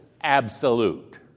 absolute